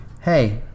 Hey